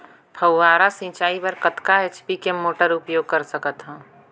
फव्वारा सिंचाई बर कतका एच.पी के मोटर उपयोग कर सकथव?